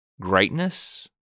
greatness